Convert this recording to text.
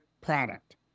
product